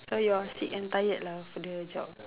so you're sick and tired lah of doing the job